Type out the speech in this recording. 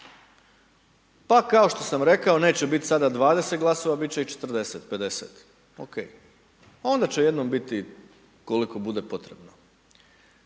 Pa kao što sam rekao neće biti sada 20 glasova bit će ih 40, 50, OK. Ona će jednom biti koliko bude potrebno.